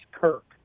Kirk